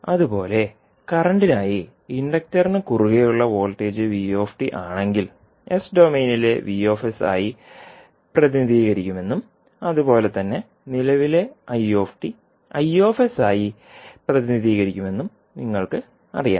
അതുപോലെ കറന്റിനായി ഇൻഡക്റ്ററിന് കുറുകെ ഉള്ള വോൾട്ടേജ് v ആണെങ്കിൽ എസ് ഡൊമെയ്നിലെ V ആയി പ്രതിനിധീകരിക്കുമെന്നും അതുപോലെ തന്നെ കറന്റ് i I ആയി പ്രതിനിധീകരിക്കുമെന്നും നിങ്ങൾക്കറിയാം